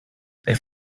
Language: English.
they